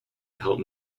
help